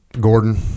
Gordon